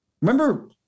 Remember